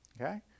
okay